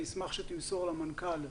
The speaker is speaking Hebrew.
אני אשמח שתמסור למנכ"ל,